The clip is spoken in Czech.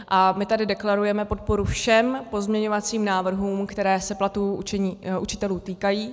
A my tady deklarujeme podporu všem pozměňovacím návrhům, které se platů učitelů týkají.